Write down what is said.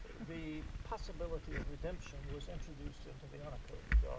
the possibility of redemption was introduced into the honor code.